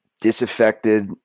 disaffected